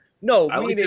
No